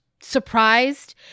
surprised